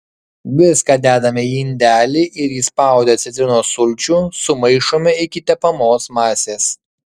viską dedame į indelį ir įspaudę citrinos sulčių sumaišome iki tepamos masės